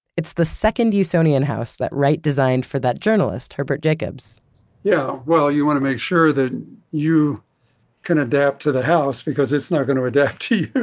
it's the second usonian house that wright designed for that journalist, herbert jacobs yeah. well, you want to make sure that you can adapt to the house because it's not going to adapt to